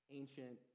ancient